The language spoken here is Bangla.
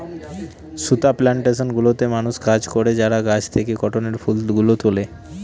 সুতা প্লানটেশন গুলোতে মানুষ কাজ করে যারা গাছ থেকে কটনের ফুল গুলো তুলে